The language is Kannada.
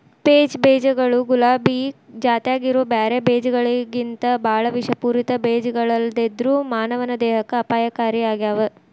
ಪೇಚ್ ಬೇಜಗಳು ಗುಲಾಬಿ ಜಾತ್ಯಾಗಿರೋ ಬ್ಯಾರೆ ಬೇಜಗಳಿಗಿಂತಬಾಳ ವಿಷಪೂರಿತ ಬೇಜಗಳಲ್ಲದೆದ್ರು ಮಾನವನ ದೇಹಕ್ಕೆ ಅಪಾಯಕಾರಿಯಾಗ್ಯಾವ